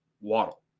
Waddle